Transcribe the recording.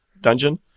dungeon